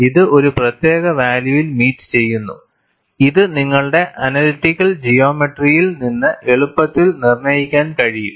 ഇത് ഒരു പ്രത്യേക വാല്യൂവിൽ മീറ്റ് ചെയ്യുന്നു ഇത് നിങ്ങളുടെ അനലിറ്റിക്കൽ ജിയോമെറ്ററിയിൽ നിന്ന് എളുപ്പത്തിൽ നിർണ്ണയിക്കാൻ കഴിയും